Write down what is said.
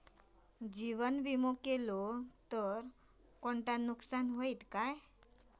जीवन विमा करुचे कोणते नुकसान हत काय?